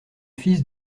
fils